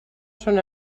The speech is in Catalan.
són